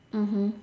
mmhmm